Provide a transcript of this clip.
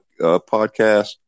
podcast